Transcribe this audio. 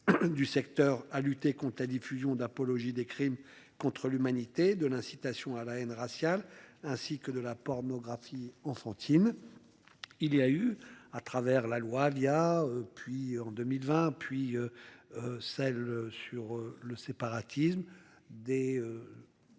Du secteur à lutter compta diffusion d'apologie des crimes contre l'humanité de l'incitation à la haine raciale, ainsi que de la pornographie enfantine. Il y a eu à travers la loi Avia, puis en 2020 puis. Celle sur le séparatisme des.